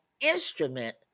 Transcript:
instrument